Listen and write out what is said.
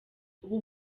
ubu